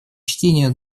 чтения